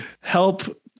help